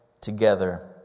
together